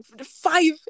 five